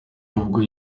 ubwo